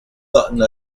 gotten